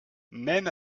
même